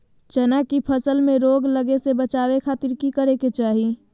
चना की फसल में रोग लगे से बचावे खातिर की करे के चाही?